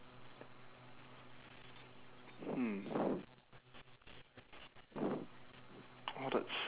oh that's